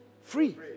Free